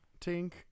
tink